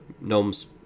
gnomes